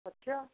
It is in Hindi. अच्छा